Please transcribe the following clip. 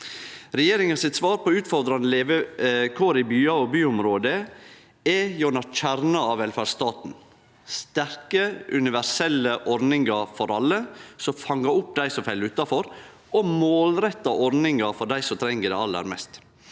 regjeringa på utfordrande levekår i byar og byområde er gjennom kjernen av velferdsstaten: sterke universelle ordningar for alle som fangar opp dei som fell utanfor, og målretta ordningar for dei som treng det aller mest.